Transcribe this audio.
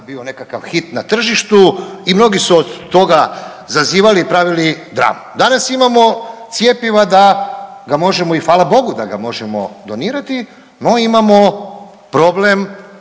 bio nekakav hit na tržištu i mnogi su od toga zazivali i pravili dramu. Danas imamo cjepiva da ga možemo i hvala Bogu da ga možemo donirati, no imamo problem